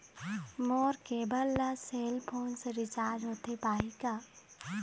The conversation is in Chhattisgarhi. मोर केबल ला सेल फोन से रिचार्ज होथे पाही का?